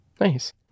Nice